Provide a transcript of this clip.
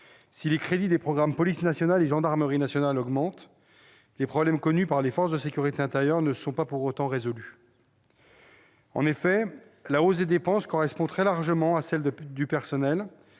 Si les crédits des programmes « Police nationale » et « Gendarmerie nationale » augmentent, les problèmes connus par les forces de sécurité intérieure ne sont pas pour autant résolus. En effet, la hausse des dépenses correspond très largement à celle du personnel,